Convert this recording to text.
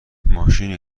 ماشین